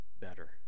better